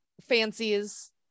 fancies